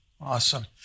Awesome